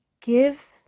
Give